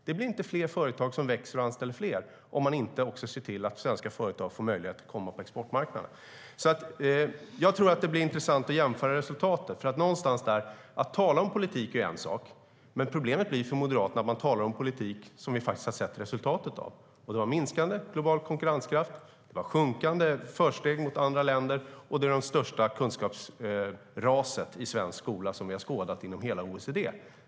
Det blir inte fler företag som växer och anställer fler om man inte ser till att svenska företag får möjlighet att komma ut på exportmarknaden. Jag tror att det blir intressant att jämföra resultaten. Att tala om politik är en sak, men problemet för Moderaterna blir att man talar om politik som vi faktiskt har sett resultatet av. Det var en minskande global konkurrenskraft. Det var minskade försteg gentemot andra länder. Och kunskapsraset i svensk skola var det största som vi har skådat inom hela OECD.